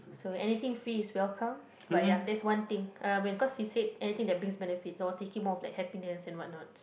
to anything free is welcome but ya there's one thing uh when of course he said anything that brings benefit so take it more of like happiness and what